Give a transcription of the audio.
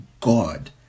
God